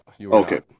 okay